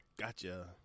Gotcha